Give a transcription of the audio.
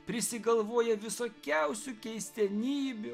prisigalvoja visokiausių keistenybių